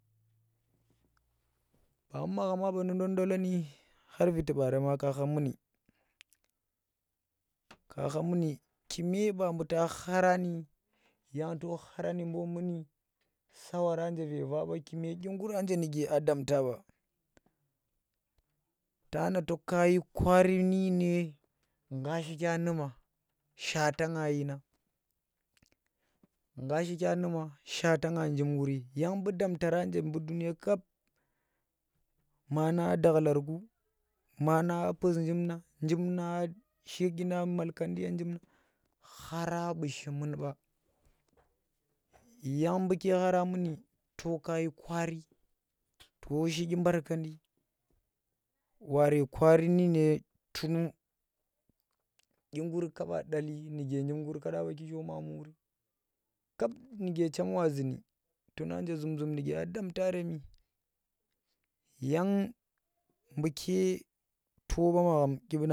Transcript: Ba mu maghamma nu dondolani khar viti baarem kagha nundi kume ba buuta naa kharani yang to kharani mbo muni sawaran nje ve vaɓa kume dye guranje nuke a damta ba, tana to kashi kwaari nu dyine ngga shikya numa? shaata dyina ngga shikya numa shaata njim nggiri yang bu damtara nje buu duniya kap maana a dakhlarku maana puz njim nang nga shi dyina matikandi ye nju na khara buu shi mun ɓa yang buuke khara muni ko kayi kwaari to shi dyi barkandi waare kwari nu dyine dyegur kaaba dattli nuke kada baaki sho ma muuri kap nake chem wa zundi tuna nje zum- zum nuke a damtaremi yang mbuke to ba magham kibnang.